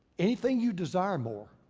anything you desire more.